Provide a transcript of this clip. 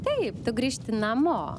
taip grįžti namo